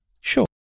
sure